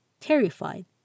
terrified